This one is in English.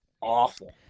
awful